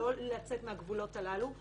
לא לצאת מהגבולות הללו.